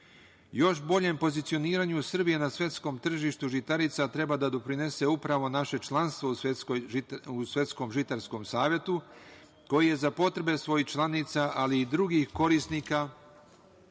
boljem pozicioniranju Srbije na svetskom tržištu žitarica treba da doprinese upravo naše članstvo u svetskom žitarskom Savetu, koji je za potrebe svojih članica ali i drugih korisnika